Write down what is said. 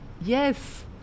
Yes